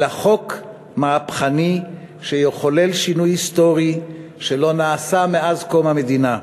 אלא חוק מהפכני שיחולל שינוי היסטורי שלא נעשה מאז קום המדינה: